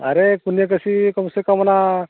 ᱟᱨᱮ ᱯᱩᱱᱤᱭᱟᱹ ᱠᱟᱹᱥᱤ ᱠᱚᱢ ᱥᱮ ᱠᱚᱢ ᱚᱱᱟ